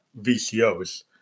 VCOs